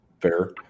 fair